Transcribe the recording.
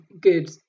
good